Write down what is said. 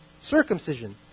circumcision